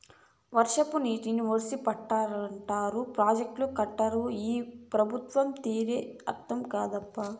వర్షపు నీటిని ఒడిసి పట్టాలంటారు ప్రాజెక్టులు కట్టరు ఈ పెబుత్వాల తీరే అర్థం కాదప్పా